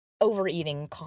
overeating